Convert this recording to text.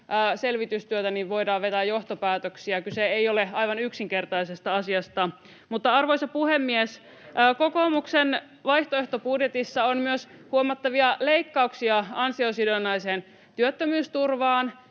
selvitystyötä, voidaan vetää johtopäätöksiä. Kyse ei ole aivan yksinkertaisesta asiasta. Arvoisa puhemies! Kokoomuksen vaihtoehtobudjetissa on myös huomattavia leikkauksia ansiosidonnaiseen työttömyysturvaan